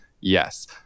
yes